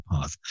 path